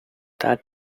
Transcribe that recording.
that